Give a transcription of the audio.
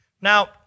Now